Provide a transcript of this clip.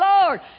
Lord